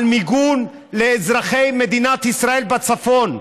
על מיגון לאזרחי מדינת ישראל בצפון.